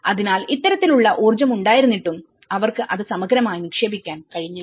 അതിനാൽ ഇത്തരത്തിലുള്ള ഊർജം ഉണ്ടായിരുന്നിട്ടുംഅവർക്ക് അത് സമഗ്രമായി നിക്ഷേപിക്കാൻ കഴിഞ്ഞില്ല